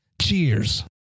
Cheers